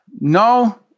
No